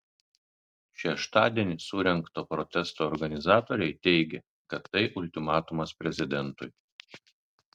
šeštadienį surengto protesto organizatoriai teigė kad tai ultimatumas prezidentui